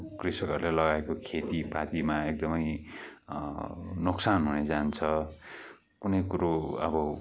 कृषकहरूले लगाएको खेतीपातीमा एकदमै नोक्सान हुन जान्छ कुनै कुरो अब